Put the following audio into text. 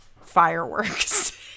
fireworks